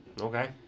Okay